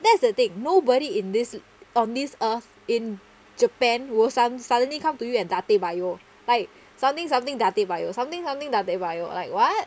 that's the thing nobody in this on this earth in japan will su~ suddenly come to you and dattebayo like something something dattebayo something something dattebayo like what